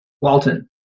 walton